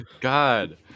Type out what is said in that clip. God